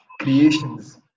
creations